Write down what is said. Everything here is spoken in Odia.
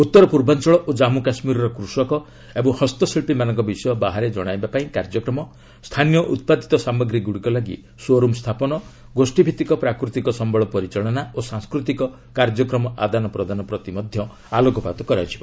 ଉତ୍ତର ପୂର୍ବାଞ୍ଚଳ ଓ ଜାମ୍ମୁ କାଶ୍ମୀରର କୃଷକ ଏବଂ ହସ୍ତଶିଳ୍ପିମାନଙ୍କ ବିଷୟ ବାହାରେ ଜଣାଇବା ପାଇଁ କାର୍ଯ୍ୟକ୍ରମ ସ୍ଥାନୀୟ ଉତ୍ପାଦିତ ସାମଗ୍ରୀଗୁଡ଼ିକ ପାଇଁ ସୋରୁମ୍ ସ୍ଥାପନ ଗୋଷୀ ଭିଭିକ ପ୍ରାକୃତିକ ସମ୍ଭଳ ପରିଚାଳନା ଓ ସାଂସ୍କୃତିକ କାର୍ଯ୍ୟକ୍ରମ ଆଦାନପ୍ରଦାନ ପ୍ରତି ମଧ୍ୟ ଆଲୋକପାତ କରାଯିବ